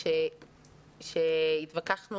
בואו ננתח את ההדבקות.